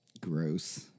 Gross